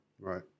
Right